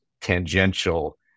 tangential